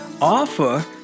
offer